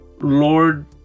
Lord